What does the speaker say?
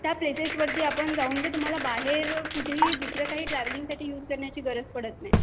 त्या प्लेसेसवरती आपण जाऊ म्हणजे तुम्हाला बाहेर कुठेही दुसरं काही ट्रॅव्हलिंग साठी युज करण्याची गरज पडत नाही